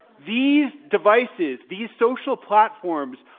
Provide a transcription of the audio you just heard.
these devices, these social platforms,